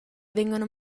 vengono